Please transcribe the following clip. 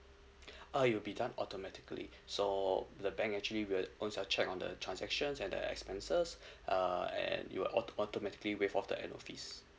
uh it will be done automatically so the bank actually will on check on the transactions and the expenses uh and you'll auto~ automatically waived off the annual fees